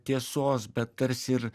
tiesos bet tarsi ir